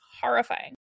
horrifying